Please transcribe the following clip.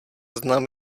znám